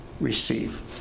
receive